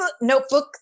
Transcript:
notebook